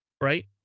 right